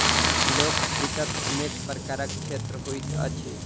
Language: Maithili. लोक वित्तक अनेक प्रकारक क्षेत्र होइत अछि